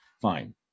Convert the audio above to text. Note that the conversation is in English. fine